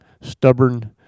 stubborn